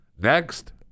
next